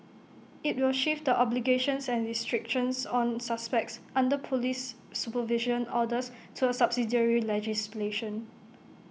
IT will shift the obligations and restrictions on suspects under Police supervision orders to A subsidiary legislation